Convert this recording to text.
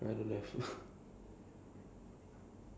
like to strengthen the immune or something